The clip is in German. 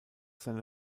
seine